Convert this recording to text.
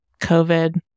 COVID